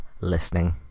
listening